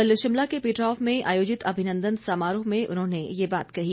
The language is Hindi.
कल शिमला के पीटरहॉफ में आयोजित अभिनंदन समारोह में उन्होंने ये बात कही